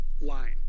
line